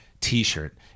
T-shirt